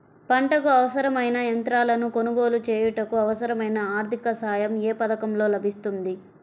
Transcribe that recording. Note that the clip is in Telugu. పంటకు అవసరమైన యంత్రాలను కొనగోలు చేయుటకు, అవసరమైన ఆర్థిక సాయం యే పథకంలో లభిస్తుంది?